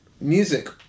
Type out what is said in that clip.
music